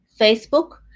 facebook